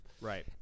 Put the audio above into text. Right